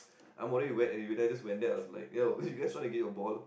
I'm already wet anyway then I just went there I was like ya you guys want to get your ball